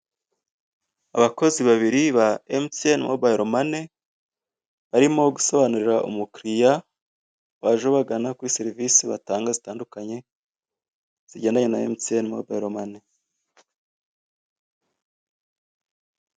Abakozi babiri ba MTN Mobile Money, barimo gusobanurira umukiriya, waje bagana kuri serivisi batanga zitandukanye, zijyendanye na MTN Mobille Money.